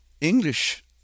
English